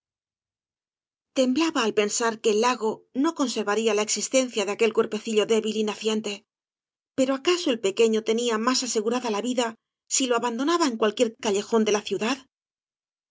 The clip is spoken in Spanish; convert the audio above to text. temblaba al pensar que el lago no coneer varía la existencia de aquel cuerpecillo débil y naciente pero acaso el pequeño tenía más asegu v blasco ibáñbz rada la vida si lo abandonaba en cualquier callejón de la ciudad